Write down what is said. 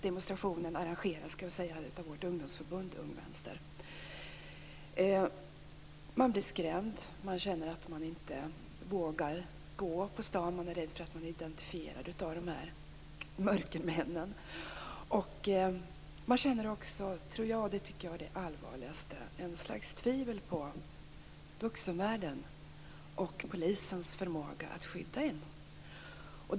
Demonstrationen arrangerades, skall jag säga, av vårt ungdomsförbund, Ung vänster. Man blir skrämd. Man känner att man inte vågar gå på stan. Man är rädd för att bli identifierad av de här mörkermännen. Man känner också, tror jag, och det tycker jag är det allvarligaste, ett slags tvivel på vuxenvärlden och på polisens förmåga att skydda en.